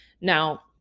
Now